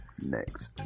next